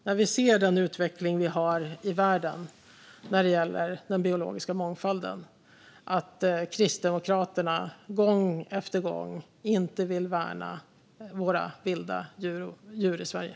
När vi ser den utveckling vi har i världen när det gäller den biologiska mångfalden tycker jag att det är allvarligt att Kristdemokraterna gång efter gång visar att de inte vill värna våra vilda djur i Sverige.